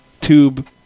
tube